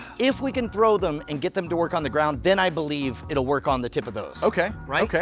if we can throw them and get them to work on the ground, then i believe it'll work on the tip of those. okay, okay,